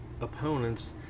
opponents